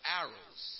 arrows